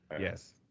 Yes